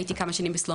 הייתי כמה שנים ב ---,